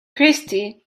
christy